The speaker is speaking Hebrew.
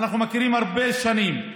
אנחנו מכירים הרבה שנים.